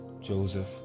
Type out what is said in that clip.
Joseph